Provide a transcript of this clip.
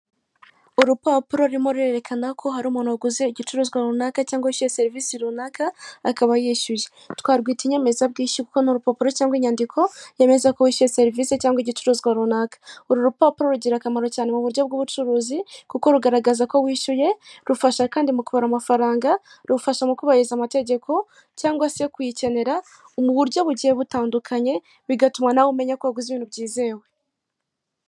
Urupapuro rurimo rurerekana ko hari umuntu waguze igicuruzwa runaka cyangwa se serivisi runaka akaba yishyuye, twarwita inyemezabwishyu kuko n'urupapuro cyangwa inyandiko yemeza ko wishyuye serivisi cyangwa igicuruzwa runaka. Uru rupapuro rugira akamaro cyane mu buryo bw'ubucuruzi kuko rugaragaza ko wishyuye, rufasha kandi mukubara amafaranga, rufasha mu kubahiriza amategeko cyangwa se kuyikenera mu buryo bugiye butandukanye bigatuma nawe umenya ko waguze ibintu byizewe.